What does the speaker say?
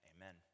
amen